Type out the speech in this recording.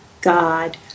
God